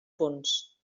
punts